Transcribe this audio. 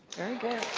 very good,